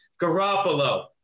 Garoppolo